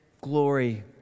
glory